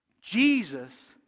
Jesus